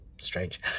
Strange